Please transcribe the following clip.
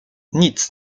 nic